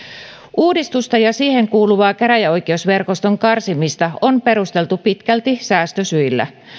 uudistusta ja siihen kuuluvaa käräjäoikeusverkoston karsimista on perusteltu pitkälti säästösyillä